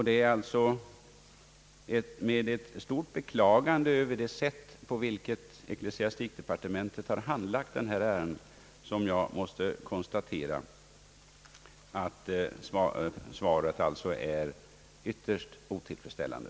Det är med stort beklagande över det sätt, på vilket ecklesiastikdepartementet har handlagt detta ärende, som jag måste konstatera att svaret är ytterst otillfredsställande.